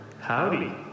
Howdy